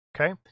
okay